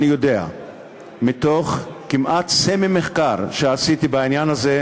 אני יודע מתוך כמעט סמי-מחקר שעשיתי בעניין הזה,